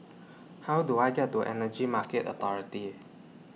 How Do I get to Energy Market Authority